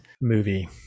movie